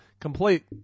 Complete